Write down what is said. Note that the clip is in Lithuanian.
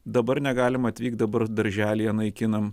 dabar negalim atvykt dabar darželyje naikinam